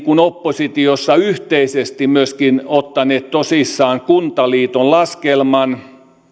oppositiossa yhteisesti myöskin ottaneet tosissaan kuntaliiton laskelman